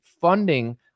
funding